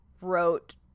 wrote